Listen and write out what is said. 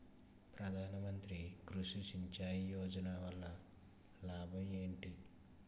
ప్రధాన మంత్రి కృషి సించాయి యోజన వల్ల లాభం ఏంటి?